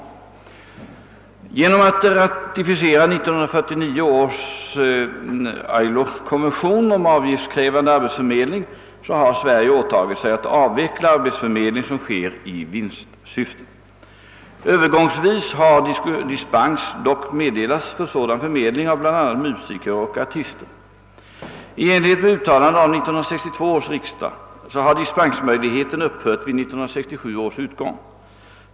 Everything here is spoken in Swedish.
Genom att ratificera 1949 års ILO konvention om avgiftskrävande arbetsförmedling har Sverige åtagit sig att avveckla arbetsförmedling som sker i vinstsyfte. Övergångsvis har dispens dock meddelats för sådan förmedling av bl.a. musiker och artister. I enlighet med uttalande av 1962 års riksdag har dispensmöjligheten upphört vid 1967 års utgång.